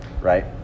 right